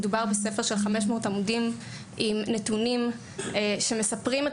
מדובר בספר של 500 עמודים עם נתונים שמספרים את